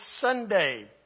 Sunday